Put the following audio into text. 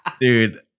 Dude